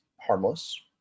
harmless